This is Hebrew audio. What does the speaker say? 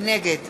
נגד